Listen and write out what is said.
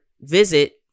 visit